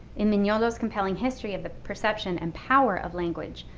in mignolo's compelling history of the perception and power of language,